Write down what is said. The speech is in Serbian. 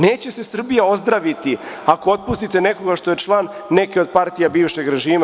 Neće se Srbija ozdraviti ako otpustite nekoga zato što je član neke od partija bivšeg režima.